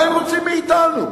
מה הם רוצים מאתנו?